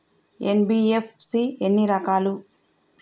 NBFC ఎన్ని రకాలు?